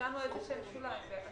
נתנו איזשהם שוליים.